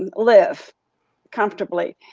and live comfortably.